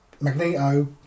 Magneto